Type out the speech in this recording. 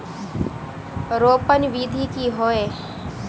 रोपण विधि की होय?